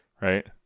right